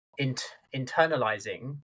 internalizing